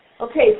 Okay